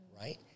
right